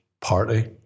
party